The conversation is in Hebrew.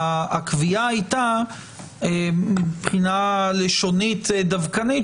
הקביעה הייתה מבחינה לשונית דווקנית,